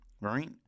right